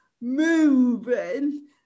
moving